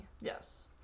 Yes